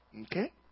Okay